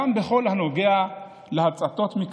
גם בכל הנוגע להצתות,